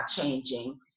changing